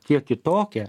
kiek kitokia